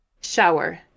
shower